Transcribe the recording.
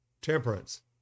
temperance